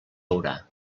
haurà